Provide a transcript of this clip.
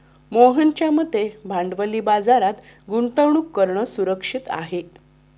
मोहनच्या मते भांडवली बाजारात गुंतवणूक करणं सुरक्षित आहे